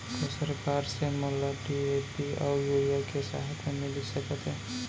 का सरकार से मोला डी.ए.पी अऊ यूरिया के सहायता मिलिस सकत हे?